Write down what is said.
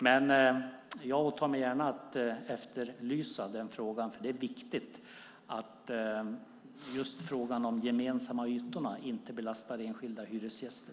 Men jag åtar mig gärna att efterlysa den frågan, för det är viktigt att de gemensamma ytorna inte belastar enskilda hyresgäster.